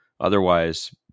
Otherwise